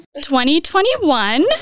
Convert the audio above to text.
2021